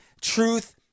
truth